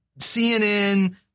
CNN